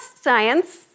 science